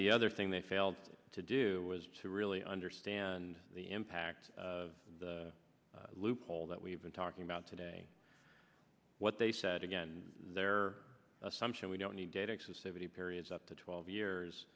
the other thing they failed to do was to really understand the impact of the loophole that we've been talking about today what they said again their assumption we don't need data exclusivities periods up to twelve years